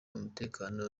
umutekano